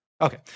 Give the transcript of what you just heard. Okay